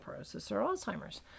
Alzheimer's